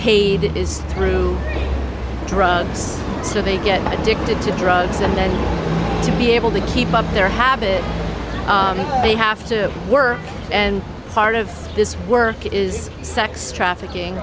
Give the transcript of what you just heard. paid is through drugs so they get addicted to drugs and then to be able to keep up their habit they have to work and part of this work is sex trafficking